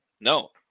no